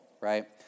right